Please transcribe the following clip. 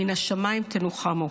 מן השמיים תנוחמו.